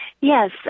Yes